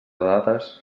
dades